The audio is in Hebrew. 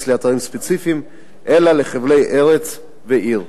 לאתרים ספציפיים אלא לחבלי ארץ ועיר,